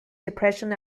depression